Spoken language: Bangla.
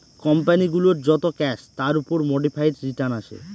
কোম্পানি গুলোর যত ক্যাশ তার উপর মোডিফাইড রিটার্ন আসে